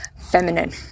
feminine